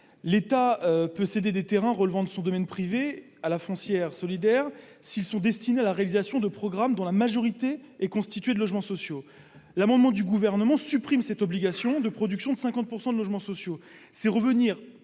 L'État peut céder des terrains relevant de son domaine privé à la Foncière solidaire s'ils sont destinés à la réalisation de programmes dont la majorité est constituée de logements sociaux. L'amendement du Gouvernement tend à supprimer cette obligation. C'est revenir complètement sur